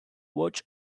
watch